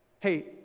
Hey